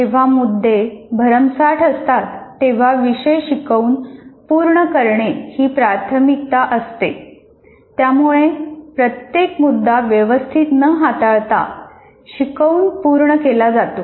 जेव्हा मुद्दे भरमसाठ असतात तेव्हा विषय शिकवून पूर्ण करणे ही प्राथमिकता बनते त्यामुळे प्रत्येक मुद्दा व्यवस्थित न हाताळता शिकवून पूर्ण केला जातो